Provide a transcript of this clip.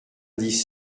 dix